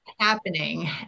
happening